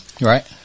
Right